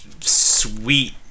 sweet